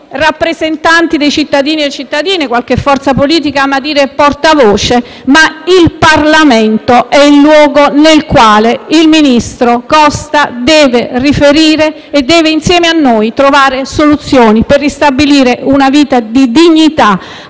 rappresentanti dei cittadini e delle cittadine, qualche forza politica ama dire «portavoce», ma il Parlamento è il luogo nel quale il ministro Costa deve riferire e deve, insieme a noi, trovare soluzioni per ristabilire una vita dignitosa